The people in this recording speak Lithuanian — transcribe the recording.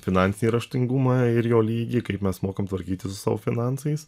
finansį raštingumą ir jo lygį kaip mes mokam tvarkytis su savo finansais